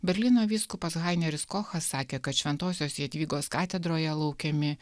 berlyno vyskupas haineris kochas sakė kad šventosios jadvygos katedroje laukiami